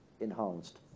enhanced